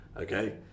okay